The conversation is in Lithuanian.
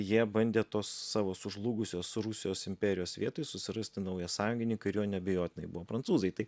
jie bandė tos savo sužlugusios rusijos imperijos vietoj susirasti naują sąjungininką ir juo neabejotinai buvo prancūzai tai